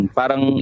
parang